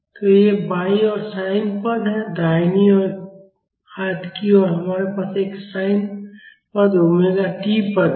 तो ये बायीं ओर sin पद हैं और दाहिने हाथ की ओर हमारे पास एक sin पद ओमेगा टी पद है